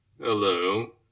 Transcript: Hello